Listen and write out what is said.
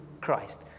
Christ